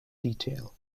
detail